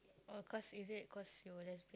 oh cause is it cause you lesbian